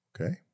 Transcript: Okay